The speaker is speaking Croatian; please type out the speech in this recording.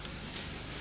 Hvala